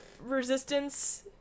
Resistance